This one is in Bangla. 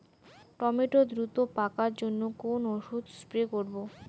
টমেটো দ্রুত পাকার জন্য কোন ওষুধ স্প্রে করব?